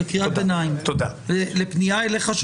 זאת קריאת ביניים לפנייה אליך,